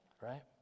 right